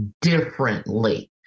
differently